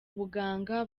buganga